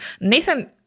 Nathan